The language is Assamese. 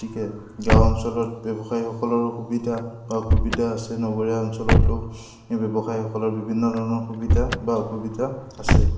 গতিকে গাঁও অঞ্চলত ব্যৱসায়ীসকলৰো সুবিধা বা অসুবিধা আছে নগৰীয়া অঞ্চলতো ব্যৱসায়ীসকলৰ বিভিন্ন ধৰণৰ সুবিধা বা অসুবিধা আছে